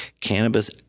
cannabis